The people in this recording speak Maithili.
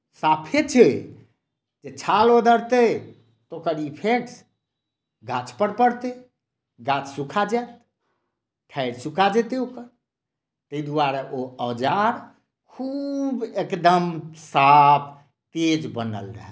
साफे छै जे छाल ओदरतै तऽ ओकर इफेक्ट गाछपर पड़तै गाछ सुखा जायत ठाढ़ि सुखा जेतै ओकर ताहि द्वारे ओ औजार खूब एकदम साफ तेज बनल रहए